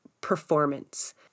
performance